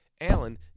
Alan